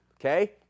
Okay